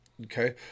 okay